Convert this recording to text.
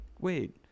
wait